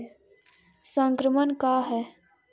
संक्रमण का है?